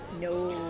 No